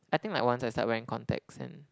I think like once I start wearing contacts and